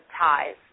ties